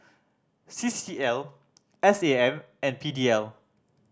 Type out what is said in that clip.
C C L S A M and P D L